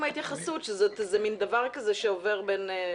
מההתייחסות, שזה מן דבר כזה שעובר.